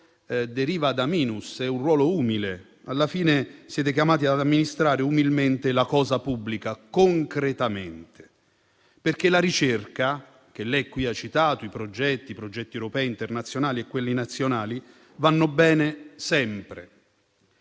deriva da *minus*, quindi è un ruolo umile. Siete chiamati ad amministrare umilmente la cosa pubblica, concretamente. La ricerca, che lei qui ha citato, (con progetti europei, internazionali e nazionali) va bene sempre.